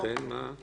ולכן מה?